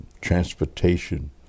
transportation